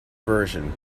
version